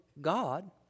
God